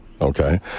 Okay